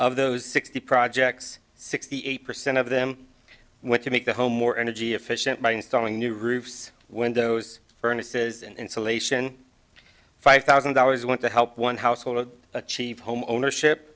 of those sixty projects sixty eight percent of them went to make the home more energy efficient by installing new roofs windows furnaces and insulation five thousand dollars went to help one household achieve home ownership